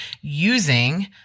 using